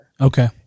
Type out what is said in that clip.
Okay